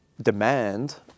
demand